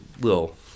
little